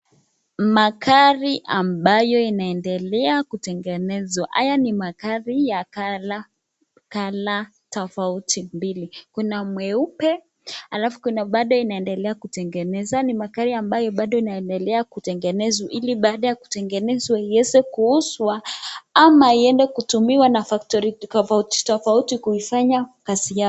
Magari ambayo inaendelea kutengenezwa haya ni magari ya colour tofauti mbili kuna mweupe halafu kuna bado inaendelea kutengenezwa, haya ni magari ambayo bado inaendelea kutengenezwa, ili baada ya kutengenezwa iweze kuuzwa, ama iende kutumia na factory tofauti tofauti kuifanya kazi yao.